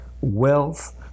wealth